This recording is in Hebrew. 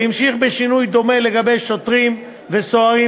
ונמשך בשינוי דומה לגבי שוטרים וסוהרים